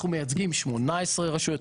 אנחנו מייצגים 19 רשויות,